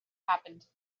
happened